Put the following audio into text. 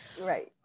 right